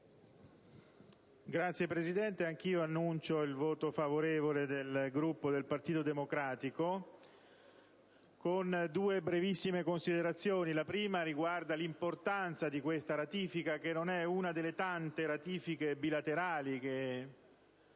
Signora Presidente, annuncio il voto favorevole del Gruppo del Partito Democratico, con due brevissime considerazioni. La prima riguarda l'importanza di questa, che non è una delle tante ratifiche bilaterali che